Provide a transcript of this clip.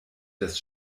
des